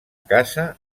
casa